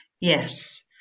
yes